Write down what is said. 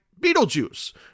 Beetlejuice